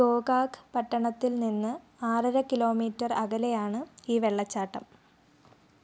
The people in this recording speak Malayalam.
ഗോകാക് പട്ടണത്തിൽ നിന്ന് ആറര കിലോമീറ്റർ അകലെയാണ് ഈ വെള്ളച്ചാട്ടം